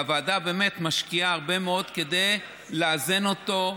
והוועדה באמת משקיעה הרבה מאוד כדי לאזן אותו,